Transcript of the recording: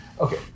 Okay